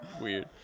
weird